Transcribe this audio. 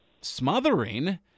smothering